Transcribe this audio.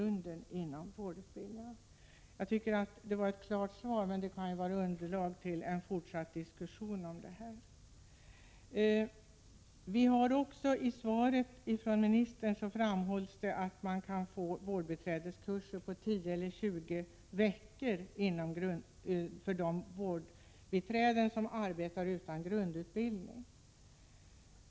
Utbildningsministern gav på den här punkten ett klarläggande svar, som kan utgöra underlag för en fortsatt diskussion om de förhållanden som råder. I svaret framhåller utbildningsministern att personal som saknar grundutbildning erbjuds vårdbiträdeskurser om 10 eller 20 veckor.